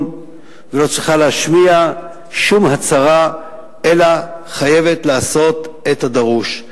ולא צריכה להשמיע שום הצהרה אלא חייבת לעשות את הדרוש.